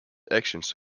actions